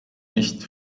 nicht